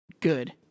good